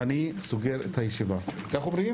הישיבה נעולה.